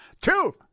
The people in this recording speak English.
Two